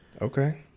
Okay